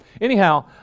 Anyhow